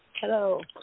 Hello